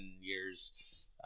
years